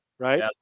Right